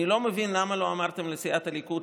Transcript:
אני לא מבין למה לא אמרתם לסיעת הליכוד,